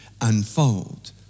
unfold